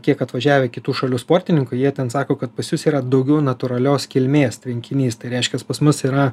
kiek atvažiavę kitų šalių sportininkų jie ten sako kad pas jus yra daugiau natūralios kilmės tvenkinys tai reiškia pas mus yra